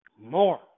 more